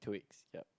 two weeks ya